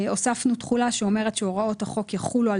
הוספנו תחולה שאומרת שהוראות החוק יחולו על